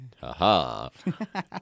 Ha-ha